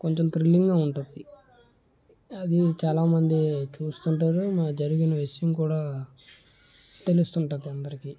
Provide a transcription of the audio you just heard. కొంచెం థ్రిల్లింగ్గా ఉంటుంది అది చాలా మంది చూస్తుంటారు మాకు జరిగిన విషయం కూడా తెలుస్తుంటుంది అందరికి